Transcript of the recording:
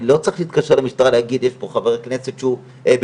אני לא צריך להתקשר למשטרה להגיד 'יש פה חבר כנסת שהוא בבעיה',